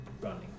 running